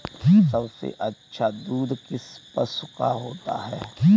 सबसे अच्छा दूध किस पशु का होता है?